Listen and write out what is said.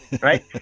right